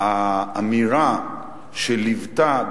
האמירה שליוותה,